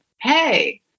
Hey